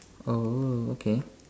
oh okay